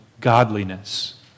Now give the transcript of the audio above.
godliness